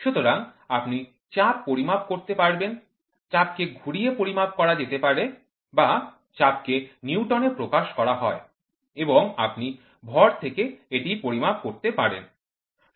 সুতরাং আপনি চাপ পরিমাপ করতে পারবেন চাপকে ঘুরিয়ে পরিমাপ করা যেতে পারে বা চাপকে নিউটন এ প্রকাশ করা হয় এবং আপনি ভর থেকে এটি পরিমাপ করতে পারেন